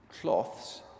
cloths